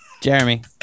Jeremy